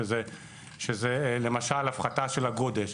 שזה למשל הפחתת הגודש.